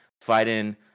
fighting